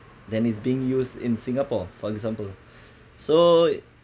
than is being used in singapore for example so